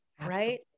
right